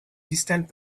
distant